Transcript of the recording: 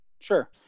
Sure